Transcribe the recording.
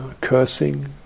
cursing